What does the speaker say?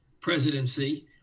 presidency